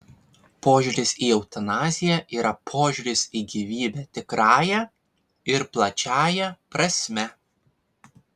požiūris į eutanaziją yra požiūris į gyvybę tikrąja ir plačiąja prasme